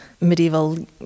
medieval